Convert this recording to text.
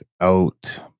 out